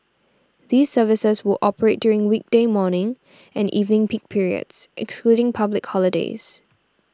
these services will operate during weekday morning and evening peak periods excluding public holidays